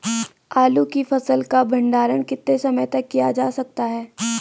आलू की फसल का भंडारण कितने समय तक किया जा सकता है?